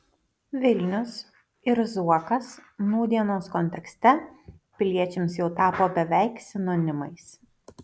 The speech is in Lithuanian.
vilnius ir zuokas nūdienos kontekste piliečiams jau tapo beveik sinonimais